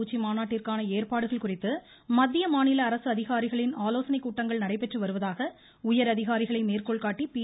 உச்சி மாநாட்டிற்கான ஏற்பாடுகள் குறித்து மத்திய மாநில அரசு அதிகாரிகளின் ஆலோசனைக் கூட்டங்கள் நடைபெற்று வருவதாக உயரதிகாரிகளை மேற்கோள்காட்டி பி